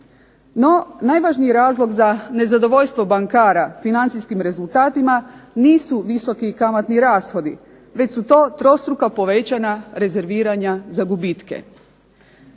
No najvažniji razlog za nezadovoljstvo bankara financijskim rezultatima, nisu visoki kamatni rashodi, već su to trostruka povećana rezerviranja za gubitke.